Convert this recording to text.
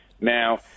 Now